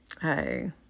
hey